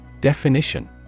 Definition